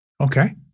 Okay